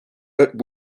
but